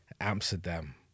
Amsterdam